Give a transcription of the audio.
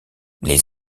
les